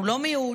אנחנו לא מיעוט.